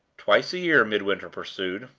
twice a year, midwinter pursued,